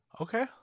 okay